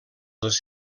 dels